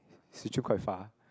Swee Choon quite far